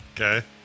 Okay